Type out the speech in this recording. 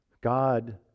God